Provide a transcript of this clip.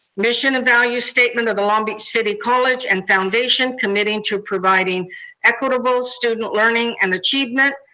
mission and value statement of the long beach city college and foundation, committing to providing equitable student learning and achievement,